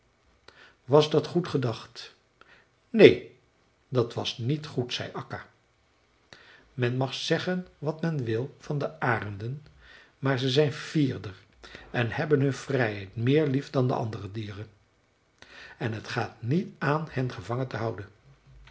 was dat goed gedacht neen dat was niet goed zei akka men mag zeggen wat men wil van de arenden maar ze zijn fierder en hebben hun vrijheid meer lief dan andere dieren en het gaat niet aan hen gevangen te houden